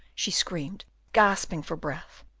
she screamed, gasping for breath.